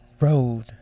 road